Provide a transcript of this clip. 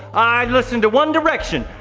listen to one direction,